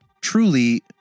truly